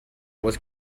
was